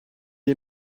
est